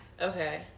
Okay